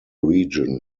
region